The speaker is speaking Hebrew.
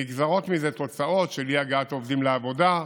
נגזרות מזה תוצאות של אי-הגעת עובדים לעבודה,